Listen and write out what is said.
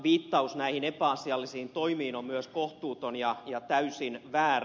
viittaus näihin epäasiallisiin toimiin on myös kohtuuton ja täysin väärä